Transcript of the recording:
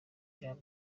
jean